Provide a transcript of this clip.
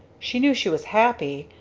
she knew she was happy,